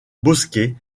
bosquets